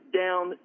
down